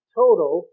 total